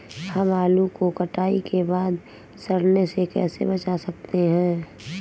हम आलू को कटाई के बाद सड़ने से कैसे बचा सकते हैं?